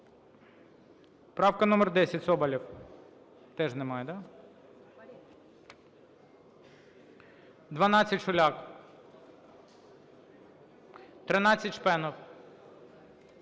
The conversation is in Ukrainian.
Правка номер 10, Соболєв. Теж немає? 12, Шуляк. 13, Шпенов.